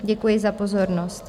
Děkuji za pozornost.